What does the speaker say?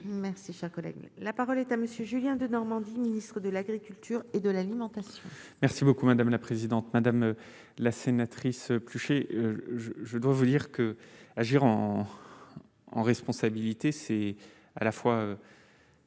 Merci, cher collègue, la parole est à monsieur Julien Denormandie Ministre de l'Agriculture et de l'alimentation. Merci beaucoup, madame la présidente, madame la sénatrice plus chez je dois vous dire que, en responsabilité, c'est à la fois.